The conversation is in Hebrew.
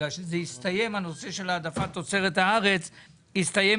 בגלל שהסתיים הנושא של העדפת תוצרת הארץ הסתיים